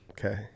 Okay